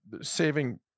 saving